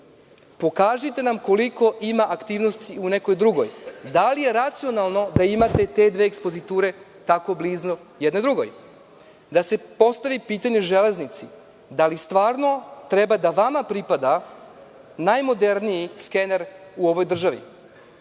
Pokažite nam koliko ima aktivnosti u nekoj drugoj. Da li je racionalno da imate te dve ekspoziture tako blizu jedna drugoj? Treba da se postavi pitanje „Železnici“ – da li stvarno treba vama da pripada najmoderniji skener u ovoj državi? Zar